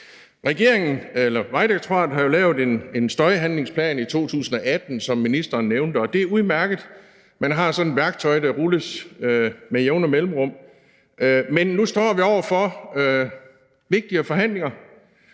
trafikken. Vejdirektoratet har jo lavet en støjhandlingsplan i 2018, som ministeren nævnte, og det er udmærket, at man har sådan et værktøj, der rulles ud med jævne mellemrum. Men nu står vi over for vigtige forhandlinger,